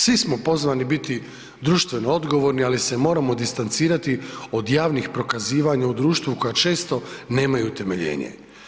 Svi smo pozvani biti društveno odgovorni, ali se moramo distancirati od javnih prokazivanja u društvu koja često nemaju utemeljenje.